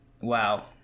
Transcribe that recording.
wow